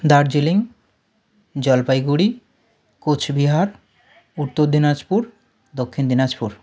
Darjeeling Jalpaiguri Cooch Behar Uttar Dinajpur Dakshin Dinajpur